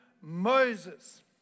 Moses